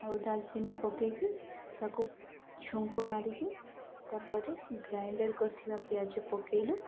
ଆଉ ଡାଲଚିନି ପକେଇକି ତାକୁ ଛୁଙ୍କ ମାରିକି ତା'ପରେ ଗ୍ରାଇଣ୍ଡର୍ କରିଥିବା ପିଆଜ ପକେଇଲୁ